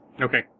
okay